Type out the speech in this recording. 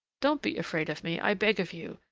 don't be afraid of me, i beg of you,